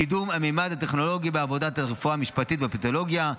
קידום הממד הטכנולוגי בעבודת הרפואה המשפטית והפתולוגיה.